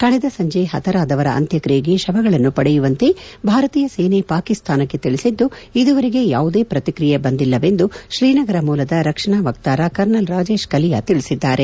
ಕಳೆದ ಸಂಜೆ ಪತರಾದವರ ಅಂತ್ಯಕ್ರಿಯೆಗೆ ಶವಗಳನ್ನು ಪಡೆಯುವಂತೆ ಭಾರತೀಯ ಸೇನೆ ಪಾಕಿಸ್ತಾನಕ್ಕೆ ತಿಳಿಸಿದ್ಲು ಇದುವರೆಗೆ ಯಾವುದೇ ಪ್ರತಿಕ್ರಿಯೆ ಬಂದಿಲ್ಲವೆಂದು ಶ್ರೀನಗರ ಮೂಲದ ರಕ್ಷಣಾ ವಕ್ತಾರ ಕರ್ನಲ್ ರಾಜೇಶ್ ಕಲಿಯ ತಿಳಿಸಿದ್ದಾರೆ